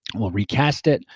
we'll recast it.